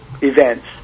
events